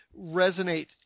resonate